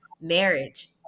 marriage